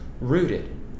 rooted